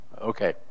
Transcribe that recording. Okay